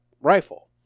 rifle